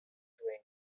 twain